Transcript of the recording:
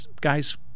guy's